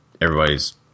everybody's